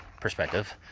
perspective